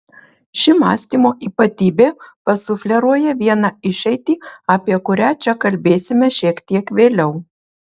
ši mąstymo ypatybė pasufleruoja vieną išeitį apie kurią čia kalbėsime šiek tiek vėliau